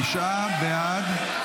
תשעה בעד,